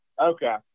Okay